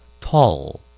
Tall